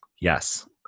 Yes